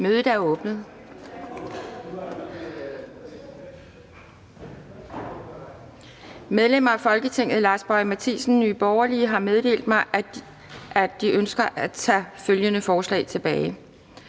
Mødet er åbnet. Medlemmer af Folketinget Lars Boje Mathiesen (NB) m.fl. har meddelt mig, at de ønsker at tage følgende forslag tilbage: